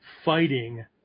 Fighting